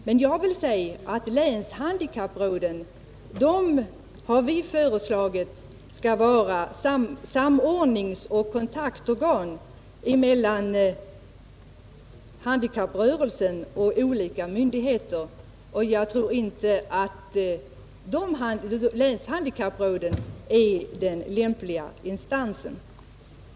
Men länshandikappråden har vi föreslagit skall vara samordningsoch kontaktorgan mellan handikapprörelsen och olika myndigheter, och jag tror inte att dessa länshandikappråd är de lämpliga regionala organen i det här fallet.